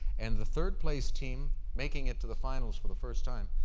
and the third place team, making it to the finals for the first time,